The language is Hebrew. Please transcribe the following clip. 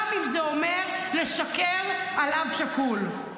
גם אם זה אומר לשקר על אב שכול.